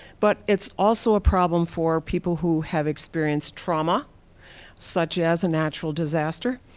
but it's also a problem for people who have experienced trauma such as a natural disaster,